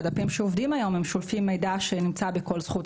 הדפים שעובדים היום שולפים מידע שנמצא בכל זכות,